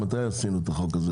מתי עבר החוק הזה?